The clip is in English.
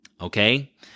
okay